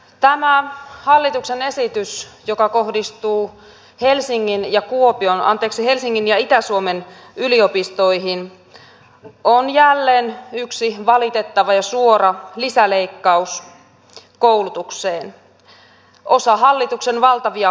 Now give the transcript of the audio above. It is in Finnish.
tämä hallituksen esitys joka kohdistuu helsingin ja itä suomen yliopistoihin on jälleen yksi valitettava ja suora lisäleikkaus koulutukseen osa hallituksen valtavia koulutusleikkauksia